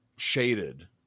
shaded